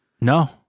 no